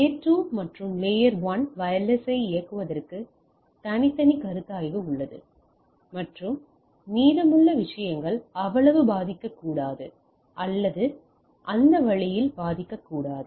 அடுக்கு 2 மற்றும் அடுக்கு 1 இல் வயர்லெஸை இயக்குவதற்கு தனித்தனி கருத்தாய்வு உள்ளது மற்றும் மீதமுள்ள விஷயங்கள் அவ்வளவு பாதிக்கப்படக்கூடாது அல்லது அந்த வழியில் பாதிக்கப்படக்கூடாது